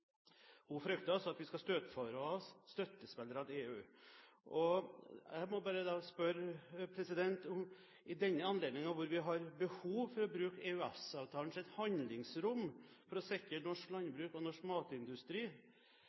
Hun frykter altså at vi skal støte fra oss støttespillere til EU. I denne anledningen, hvor vi har behov for å bruke EØS-avtalens handlingsrom for å sikre norsk landbruk og norsk matindustri,